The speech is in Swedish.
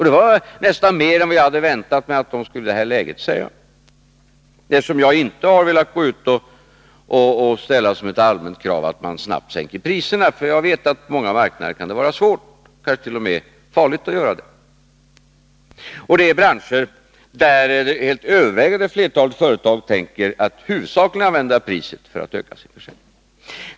Det var nästan mer än vad jag hade väntat att de skulle säga i det här läget. Jag har inte velat gå ut och ställa som ett allmänt krav att man snabbt skulle sänka priserna, för jag vet att på många marknader kan det vara svårt, t.o.m. farligt, att göra det. Det är i branscher där det övervägande flertalet företag tänker använda priset i huvudsak för att öka sin försäljning.